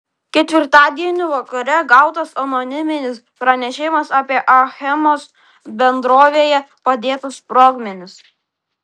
ketvirtadienį vakare gautas anoniminis pranešimas apie achemos bendrovėje padėtus sprogmenis